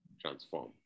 transform